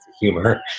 humor